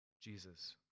Jesus